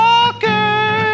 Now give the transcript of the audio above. Walker